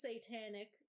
satanic